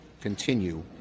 continue